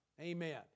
Amen